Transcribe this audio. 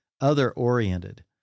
other-oriented